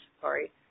sorry